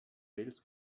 wales